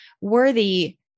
worthy